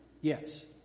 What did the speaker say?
Yes